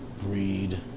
greed